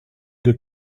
deux